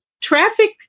traffic